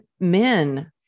men